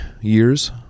years